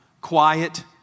Quiet